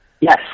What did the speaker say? Yes